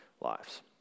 lives